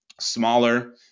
smaller